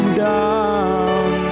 down